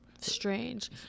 strange